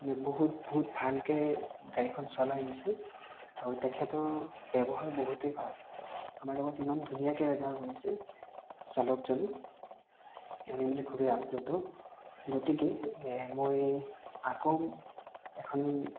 মানে বহুত বহুত ভালকৈ গাড়ীখন চলাই নিছিল আৰু তেখেতৰ ব্যৱহাৰ বহুতেই ভাল আমাৰ লগত ইমান ধুনীয়াকৈ ব্যৱহাৰ কৰিছে চালকজনে আমি মানে খুবেই আপ্লুত গতিকে মই আকৌ এখন